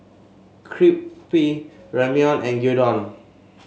Ramyeon and Gyudon